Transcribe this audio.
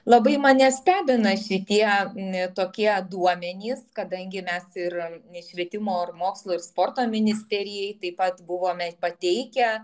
labai mane stebina šitie tokie duomenys kadangi mes ir nei švietimo mokslo ir sporto ministerijai taip pat buvome pateikę